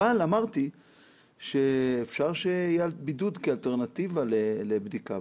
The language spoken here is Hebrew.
אבל אמרתי שאפשר שיהיה בידוד כאלטרנטיבה לבדיקה.